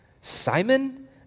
Simon